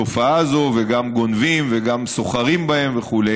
התופעה הזאת, וגם גונבים, וגם סוחרים בהם וכו'.